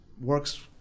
works